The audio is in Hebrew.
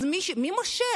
אז מי מושל?